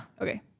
Okay